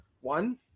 One